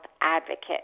advocate